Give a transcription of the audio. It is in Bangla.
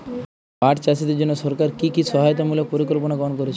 পাট চাষীদের জন্য সরকার কি কি সহায়তামূলক পরিকল্পনা গ্রহণ করেছে?